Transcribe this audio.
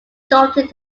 adopted